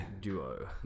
duo